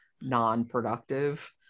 non-productive